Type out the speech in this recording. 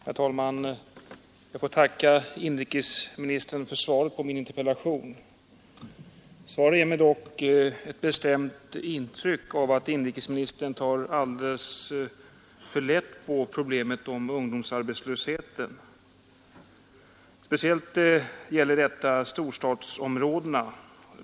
Herr talman! Jag får tacka inrikesministern för svaret på min interpellation. Svaret ger mig ett bestämt intryck av att inrikesministern tar alldeles för lätt på problemet om ungdomsarbetslösheten. Speciellt gäller detta storstadsområdena.